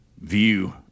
view